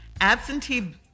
Absentee